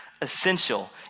essential